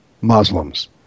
muslims